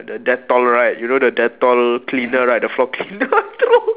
the dettol right you know the dettol cleaner right the floor cleaner then I throw